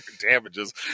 damages